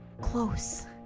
close